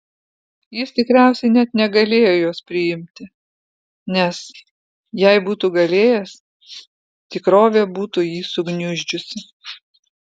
jis tikriausiai net negalėjo jos priimti nes jei būtų galėjęs tikrovė būtų jį sugniuždžiusi